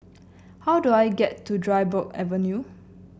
how do I get to Dryburgh Avenue